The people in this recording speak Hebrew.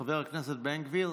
חבר הכנסת בן גביר?